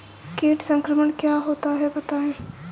कीट संक्रमण क्या होता है बताएँ?